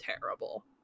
terrible